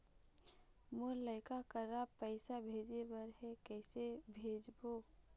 मोर लइका करा पैसा भेजें बर हे, कइसे भेजबो?